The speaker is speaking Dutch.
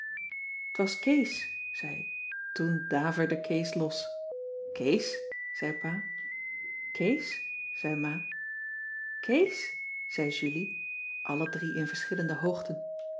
t was kees zei ik toen daverde kees los kees zei pa kees zei ma kees zei julie alle drie in verschillende hoogten